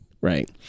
right